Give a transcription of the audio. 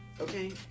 okay